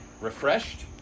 refreshed